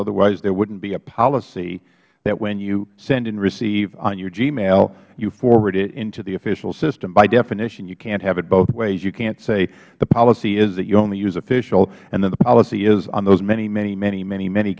otherwise there wouldn't be a policy that when you send and receive on your gmail you forward it into the official system by definition you can't have it both ways you can't say the policy is that you only use official and then the policy is on those many many many many